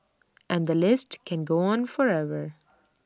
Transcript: and the list can go on forever